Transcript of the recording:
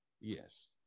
yes